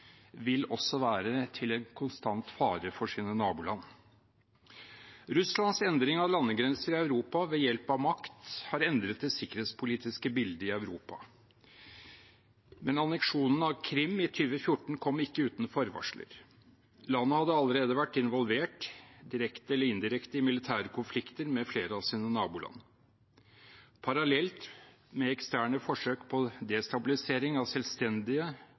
også vil være en konstant fare for sine naboland. Russlands endring av landegrenser i Europa ved hjelp av makt har endret det sikkerhetspolitiske bildet i Europa. Men anneksjonen av Krim i 2014 kom ikke uten forvarsler. Landet hadde allerede vært involvert – direkte eller indirekte – i militære konflikter med flere av sine naboland. Parallelt med eksterne forsøk på destabilisering av selvstendige,